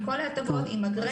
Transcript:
עם כל ההטבות, עם הגריס,